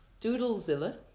Doodlezilla